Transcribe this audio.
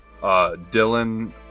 Dylan